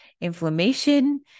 inflammation